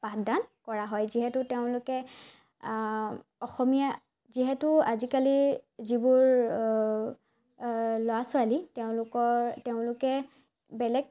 পাঠদান কৰা হয় যিহেতু তেওঁলোকে অসমীয়া যিহেতু আজিকালি যিবোৰ ল'ৰা ছোৱালী তেওঁলোকৰ তেওঁলোকে বেলেগ